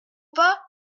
pas